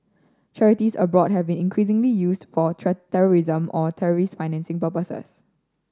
charities abroad have been increasingly used for terrorism or terrorist financing purposes